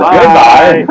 Goodbye